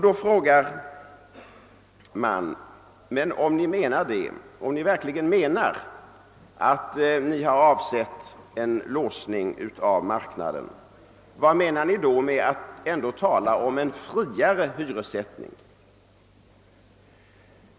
Då får vi frågan: Men om ni verkligen har avsett en låsning av marknaden, vad menar ni då med att ändå tala om en friare hyressättning?